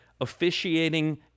officiating